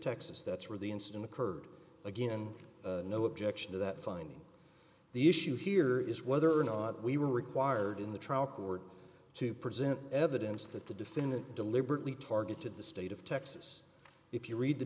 texas that's where the incident occurred again no objection to that finding the issue here is whether or not we were required in the trial court to present evidence that the defendant deliberately targeted the state of texas if you read the